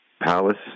Palace